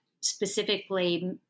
specifically